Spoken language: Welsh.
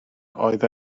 oedd